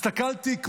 הסתכלתי,